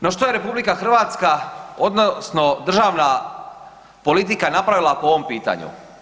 No što je RH odnosno državna politika napravila po ovom pitanju?